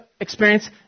experience